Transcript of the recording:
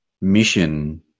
mission